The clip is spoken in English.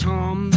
Tom